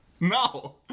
No